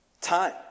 time